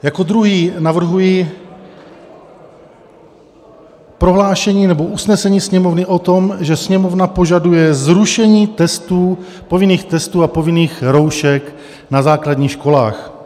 Jako druhý navrhuji prohlášení nebo usnesení Sněmovny o tom, že Sněmovna požaduje zrušení testů, povinných testů a povinných roušek na základních školách.